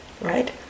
right